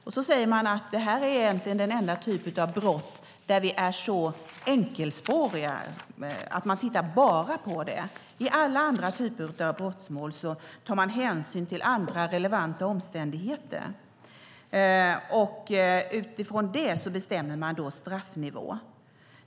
Man säger att det här egentligen är den enda typ av brott där man är så enkelspårig och bara tittar på detta. I alla andra typer av brottmål tar man hänsyn till andra relevanta omständigheter och bestämmer straffnivån utifrån dessa.